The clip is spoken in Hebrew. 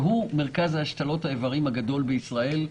שהוא מרכז השתלות האיברים הגדול בישראל.